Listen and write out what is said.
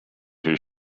his